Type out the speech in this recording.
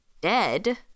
dead